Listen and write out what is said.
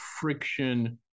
friction